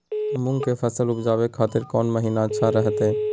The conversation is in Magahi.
मूंग के फसल उवजावे खातिर कौन महीना अच्छा रहतय?